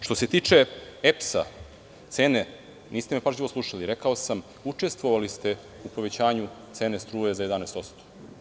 Što se tiče EPS-a i cene, niste me pažljivo slušali, rekao sam da ste učestvovali u povećanju cene struje za 11%